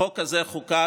החוק הזה חוקק,